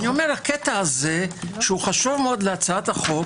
הקטע הזה שחשוב מאוד להצעת החוק